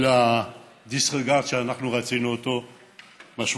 של ה-disregard, אנחנו רצינו אותו משמעותי,